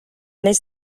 més